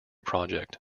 project